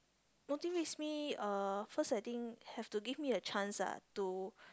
motivates me uh first I think have to give me a chance lah to